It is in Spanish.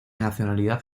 nacionalidad